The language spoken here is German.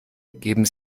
geben